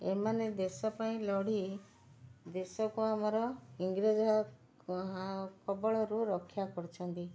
ଏମାନେ ଦେଶ ପାଇଁ ଲଢ଼ି ଦେଶକୁ ଆମର ଇଂରେଜ କବଳରୁ ରକ୍ଷା କରିଛନ୍ତି